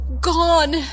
gone